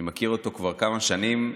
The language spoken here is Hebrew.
אני מכיר אותו כבר כמה שנים.